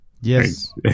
yes